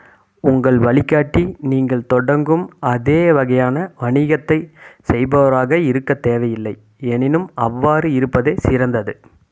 உங்கள் வழிகாட்டி நீங்கள் தொடங்கும் அதே வகையான வணிகத்தைச் செய்பவராக இருக்கத் தேவையில்லை எனினும் அவ்வாறு இருப்பதே சிறந்தது